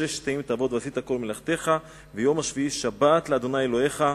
ששת ימים תעבד ועשית כל מלאכתך ויום השביעי שבת לה' אלהיך,